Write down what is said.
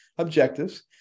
objectives